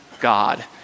God